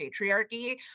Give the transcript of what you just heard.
patriarchy